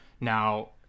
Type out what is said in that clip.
Now